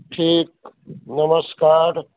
ठीक नमस्कार